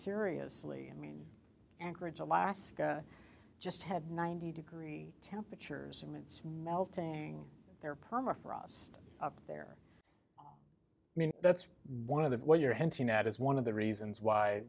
seriously i mean anchorage alaska just had ninety degree temperatures and it's melting their permafrost up there i mean that's one of the what you're hinting at is one of the reasons why